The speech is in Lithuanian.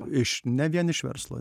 iš ne vien iš verslo